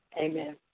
amen